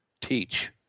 teach